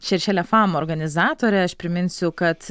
šeršėliafam organizatorė aš priminsiu kad